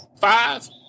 five